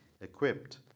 equipped